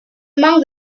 among